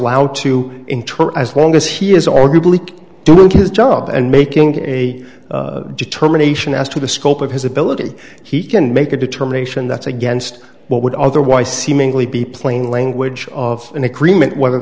enter as long as he is arguably doing his job and making a determination as to the scope of his ability he can make a determination that's against what would otherwise seemingly be plain language of an agreement whether